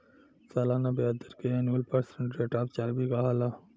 सलाना ब्याज दर के annual percent rate of charge भी कहाला